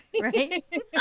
right